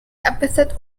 epithet